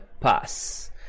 Pass